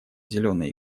зеленые